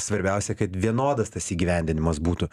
svarbiausia kad vienodas tas įgyvendinimas būtų